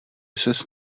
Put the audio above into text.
ses